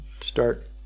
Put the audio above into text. start